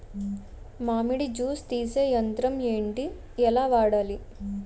మామిడి జూస్ తీసే యంత్రం ఏంటి? ఎలా వాడాలి?